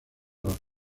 los